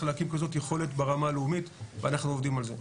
להקים כזו יכולת ברמה הלאומית ואנחנו עובדים על זה.